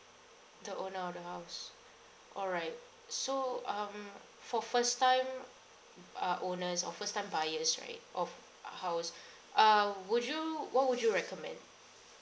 the owner of the house all right so um for first time uh owners or first time buyers right of a house uh would you what would you recommend